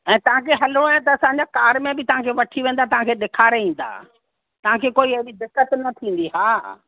ऐं तव्हांखे हलिणो आहे त असांजा कार में बि तव्हांखे वठी वेंदा तव्हांखे ॾेखारे ईंदा तव्हांखे कोई अहिड़ी दिक़तु न थींदी हा